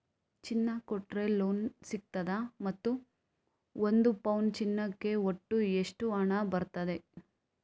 ಚಿನ್ನ ಕೊಟ್ರೆ ಲೋನ್ ಸಿಗ್ತದಾ ಮತ್ತು ಒಂದು ಪೌನು ಚಿನ್ನಕ್ಕೆ ಒಟ್ಟು ಎಷ್ಟು ಹಣ ಬರ್ತದೆ?